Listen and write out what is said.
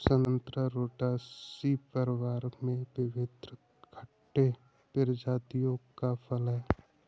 संतरा रुटासी परिवार में विभिन्न खट्टे प्रजातियों का फल है